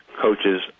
coaches